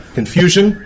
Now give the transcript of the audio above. confusion